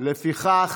לפיכך,